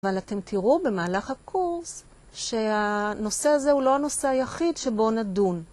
אבל אתם תראו במהלך הקורס שהנושא הזה הוא לא הנושא היחיד שבו נדון.